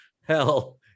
hell